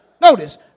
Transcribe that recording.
Notice